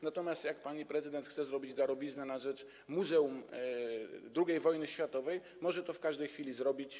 Natomiast jak pani prezydent chce zrobić darowiznę na rzecz Muzeum II Wojny Światowej, może to w każdej chwili zrobić.